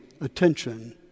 attention